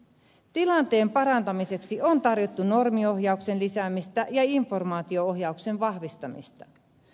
tilanteen parantamiseksi on tarjottu normiohjauksen lisäämistä ja informaatio ohjauksen vahvistamista